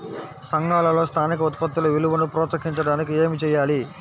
సంఘాలలో స్థానిక ఉత్పత్తుల విలువను ప్రోత్సహించడానికి ఏమి చేయాలి?